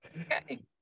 Okay